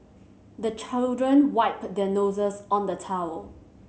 the children wipe their noses on the towel